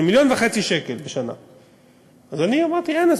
של 1.5 מיליון שקל בשנה.